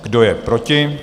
Kdo je proti?